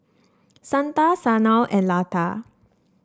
Santha Sanal and Lata